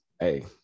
Hey